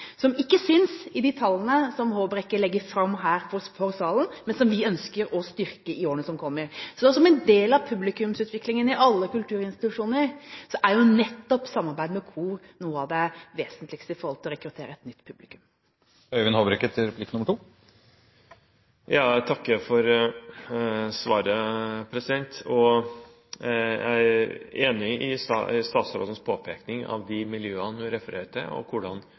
som ikke synes i de tallene Håbrekke legger fram her for salen, men som vi ønsker å styrke i årene som kommer. Som en del av publikumsutviklingen i alle kulturinstitusjoner er jo nettopp samarbeidet med kor noe av det vesentligste for å rekruttere et nytt publikum. Jeg takker for svaret. Jeg er enig i statsrådens påpekning av de miljøene hun refererer til, og hvordan